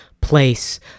place